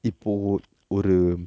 இப்போ ஒரு:ippo oru